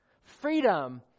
Freedom